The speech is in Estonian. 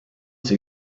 see